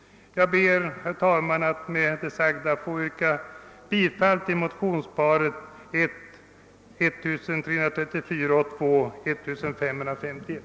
Jag ber, herr talman, att med det sagda få yrka bifall till de likalydande motionerna I: 1334 och II: 1551.